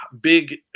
big